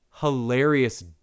hilarious